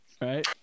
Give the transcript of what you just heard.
right